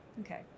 Okay